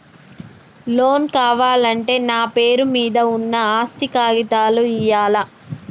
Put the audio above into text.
Loan కావాలంటే నా పేరు మీద ఉన్న ఆస్తి కాగితాలు ఇయ్యాలా?